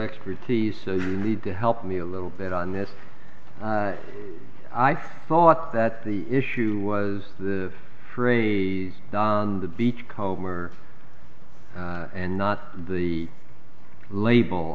expertise so you need to help me a little bit on this i thought that the issue was the phrase don the beachcomber and not the label